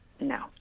No